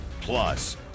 Plus